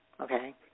Okay